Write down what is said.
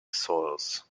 soils